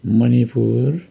Manipur